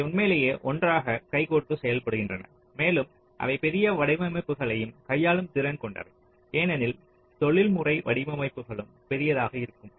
அவை உண்மையிலேயே ஒன்றாக கைகோர்த்து செயல்படுகின்றன மேலும் அவை பெரிய வடிவமைப்புகளையும் கையாளும் திறன் கொண்டவை ஏனெனில் தொழில்துறை வடிவமைப்புகளும் பெரியதாக இருக்கும்